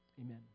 Amen